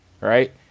Right